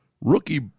Rookie